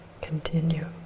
continue